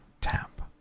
tap